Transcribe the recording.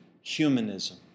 humanism